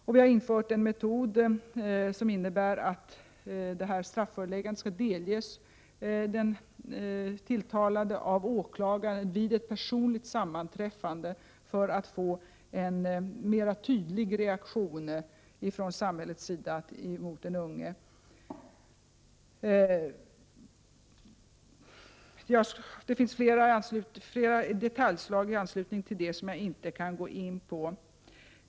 Och vi har infört en metod som innebär att strafföreläggandet skall delges den tilltalade av åklagaren vid ett personligt sammanträffande, för att man skall få en tydligare reaktion från samhällets sida mot den unge. Det finns i anslutning till detta flera detaljer som jag inte kan gå in på.